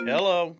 Hello